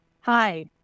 Hi